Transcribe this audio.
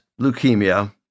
leukemia